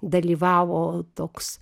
dalyvavo toks